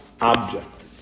object